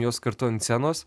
juos kartu ant scenos